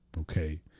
okay